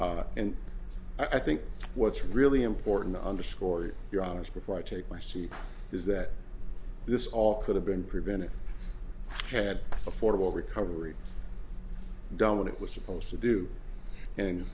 and i think what's really important underscored your honour's before i take my seat is that this all could have been prevented had affordable recovery done what it was supposed to do and